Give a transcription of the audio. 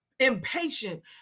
impatient